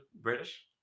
British